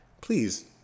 Please